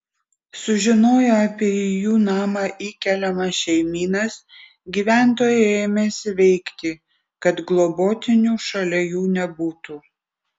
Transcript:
sužinoję apie į jų namą įkeliamas šeimynas gyventojai ėmėsi veikti kad globotinių šalia jų nebūtų